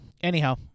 anyhow